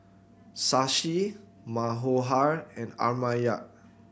Shashi Manohar and Amartya